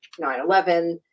9-11